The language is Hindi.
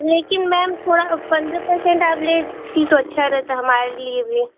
लेकिन मैम थोड़ा पंद्रह पर्सेन्ट आप लेस ती तो अच्छा रहता हमारे लिए भी